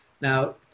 Now